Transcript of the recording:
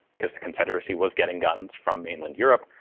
because the confederacy was getting guns from mainland europe.